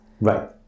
Right